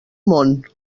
món